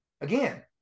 again